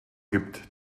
gibt